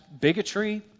bigotry